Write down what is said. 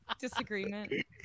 Disagreement